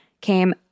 came